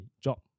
job